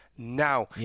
Now